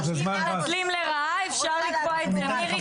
הייתה לי אתמול בערב